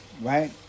right